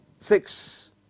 Six